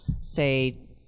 say